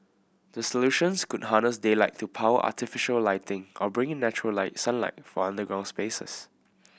the solutions could harness daylight to power artificial lighting or bring in natural sunlight for underground spaces